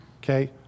okay